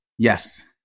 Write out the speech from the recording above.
Yes